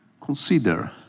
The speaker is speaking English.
consider